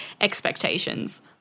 expectations